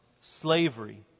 slavery